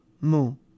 moon